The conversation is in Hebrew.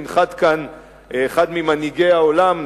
ינחת כאן אחד ממנהיגי העולם,